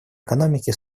экономики